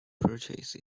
purchase